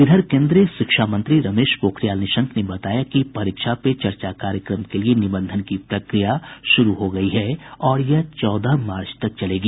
इधर केन्द्रीय शिक्षा मंत्री रमेश पोखरियाल निशंक ने बताया कि परीक्षा पे चर्चा कार्यक्रम के लिये निबंधन की प्रक्रिया शुरू हो गयी है और यह चौदह मार्च तक चलेगी